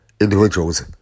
individuals